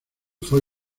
fue